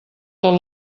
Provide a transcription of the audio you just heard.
tot